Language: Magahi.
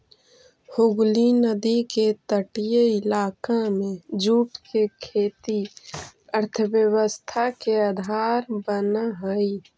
हुगली नदी के तटीय इलाका में जूट के खेती अर्थव्यवस्था के आधार बनऽ हई